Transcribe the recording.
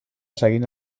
seguint